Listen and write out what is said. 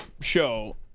show